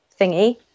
thingy